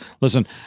Listen